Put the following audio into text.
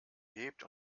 hebt